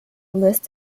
list